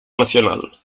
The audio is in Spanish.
nacional